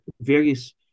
various